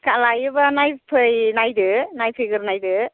थिखा लायोबा नायफैदो नायफैग्रोदो